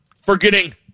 forgetting